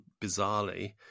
bizarrely